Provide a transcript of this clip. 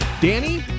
Danny